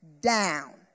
down